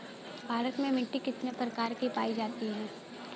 भारत में मिट्टी कितने प्रकार की पाई जाती हैं?